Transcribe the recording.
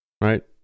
right